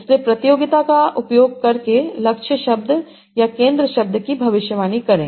इसलिए प्रतियोगिता का उपयोग करके लक्ष्य शब्द या केंद्र शब्द की भविष्यवाणी करें